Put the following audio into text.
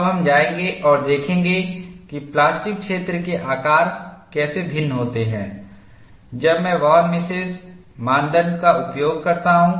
अब हम जाएंगे और देखेंगे कि प्लास्टिक क्षेत्र के आकार कैसे भिन्न होते हैं जब मैं वॉन मिसेस मानदंड का उपयोग करता हूं